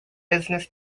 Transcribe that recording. business